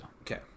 Okay